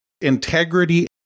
integrity